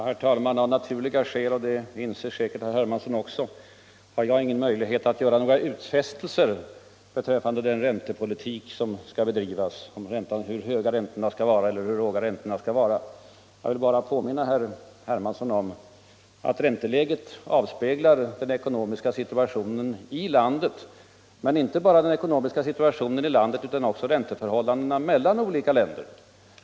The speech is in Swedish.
Herr talman! Av naturliga skäl - det inser säkert herr Hermansson också — har jag ingen möjlighet att göra några utfästelser beträffande den räntepolitik som skall bedrivas: hur höga räntorna skall vara eller hur låga räntorna skall vara. Jag vill bara påminna herr Hermansson om att ränteläget avspeglar den ekonomiska situationen llan olika länder.